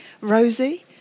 Rosie